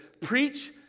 preach